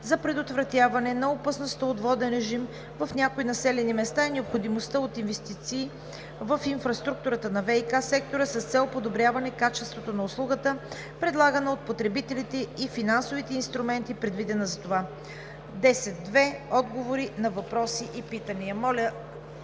за предотвратяване на опасността от воден режим в някои населени места и необходимостта от инвестиции в инфраструктурата на ВиК сектора с цел подобряване качеството на услугата, предлагана на потребителите, и финансовите инструменти, предвидени за това. Вносители – Корнелия Нинова